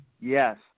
yes